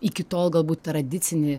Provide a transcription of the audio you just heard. iki tol galbūt tradicinį